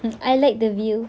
mm I like the view